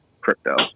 crypto